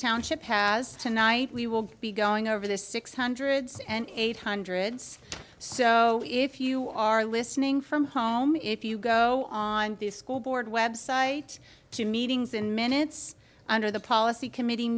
township has tonight we will be going over the six hundred six and eight hundred so if you are listening from home if you go on the school board website to meetings in minutes under the policy committ